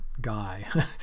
guy